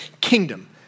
kingdom